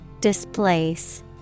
Displace